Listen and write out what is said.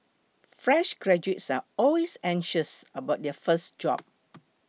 fresh graduates are always anxious about their first job